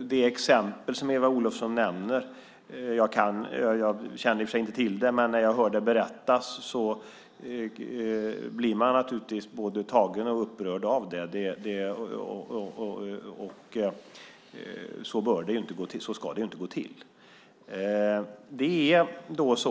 Det exempel som Eva Olofsson nämner kände jag i och för sig inte till, men när jag hör det berättas blir jag naturligtvis både tagen och upprörd. Så ska det inte gå till.